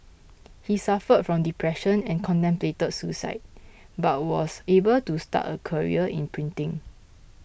he suffered from depression and contemplated suicide but was able to start a career in printing